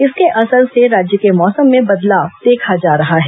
इसके असर से राज्य के मौसम में बदलाव देखा जा रहा है